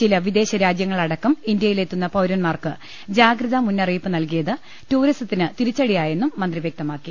ചില വിദേശരാജ്യങ്ങളടക്കം ഇന്തൃയിലെത്തുന്ന പൌരന്മാർക്ക് ജാഗ്രതാ മുന്നറിയിപ്പ് നൽകിയത് ടൂറിസത്തിന് തിരിച്ചടിയായെന്നും മന്ത്രി വൃക്തമാക്കി